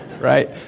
Right